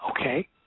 Okay